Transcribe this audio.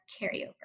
carryover